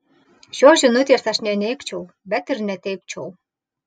šios žinutės aš neneigčiau bet ir neteigčiau